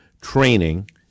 training